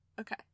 Okay